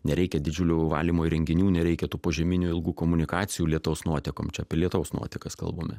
nereikia didžiulių valymo įrenginių nereikia tų požeminių ilgų komunikacijų lietaus nuotekom čia apie lietaus nuotekas kalbame